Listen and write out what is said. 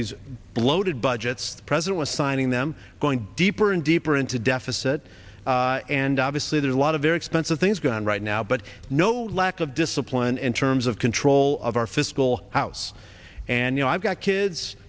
these bloated budgets president signing them going deeper and deeper into deficit and obviously there are a lot of very expensive things going on right now but no lack of discipline in terms of control of our fiscal house and you know i've got kids